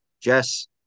Jess